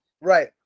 right